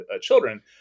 children